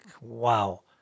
Wow